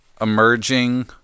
emerging